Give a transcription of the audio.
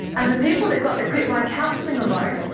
and the people that got the quitline counselling alone,